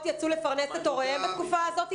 ויצאו לפרנס את הוריהם בתקופה הזאת?